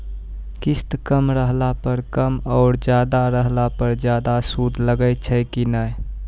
किस्त कम रहला पर कम और ज्यादा रहला पर ज्यादा सूद लागै छै कि नैय?